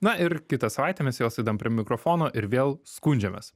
na ir kitą savaitę mes vėl sėdam prie mikrofono ir vėl skundžiamės